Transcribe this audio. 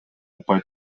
упай